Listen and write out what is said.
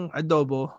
adobo